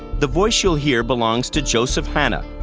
the voice you'll hear belongs to joseph hanna,